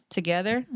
together